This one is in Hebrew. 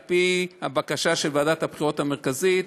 על-פי הבקשה של ועדת הבחירות המרכזית.